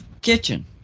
kitchen